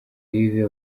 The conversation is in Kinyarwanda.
yves